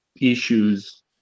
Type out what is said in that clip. issues